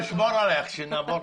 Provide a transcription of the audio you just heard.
לא, לא.